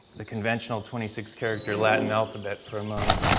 the conventional twenty six character latin alphabet for a moment.